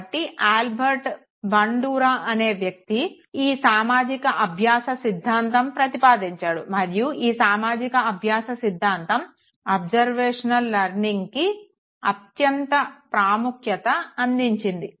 కాబట్టి Albert Bandura అనే వ్యక్తి ఈ సోషల్ లెర్నింగ్ థియరీ ప్రతిపాదించాడు మరియు ఈ సామాజిక అభ్యాస సిద్ధాంతం అబ్సర్వేషనల్ లెర్నింగ్కి అత్యంత ప్రాముఖ్యతను అందించింది